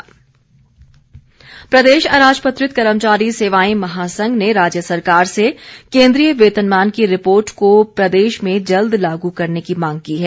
वेतन आयोग प्रदेश अराजपत्रित कर्मचारी सेवाएं महासंघ ने राज्य सरकार से केंद्रीय वेतनमान की रिपोर्ट को प्रदेश में जल्द लागू करने की मांग की है